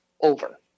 over